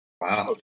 Wow